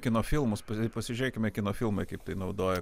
kino filmus ir pasižiūrėkime kino filmai kaip tai naudoja